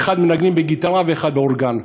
באחד מנגנים בגיטרה ובאחד באורגן.